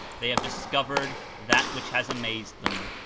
they have discovered that which has amazed them.